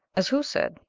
as who said?